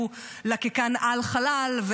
הוא לקקן על-חלל,